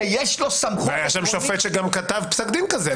שיש לו סמכות עקרונית --- היה שם שופט שגם כתב פסק דין כזה.